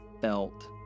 felt